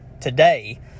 today